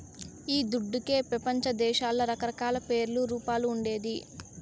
ఈ దుడ్డుకే పెపంచదేశాల్ల రకరకాల పేర్లు, రూపాలు ఉండేది